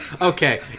okay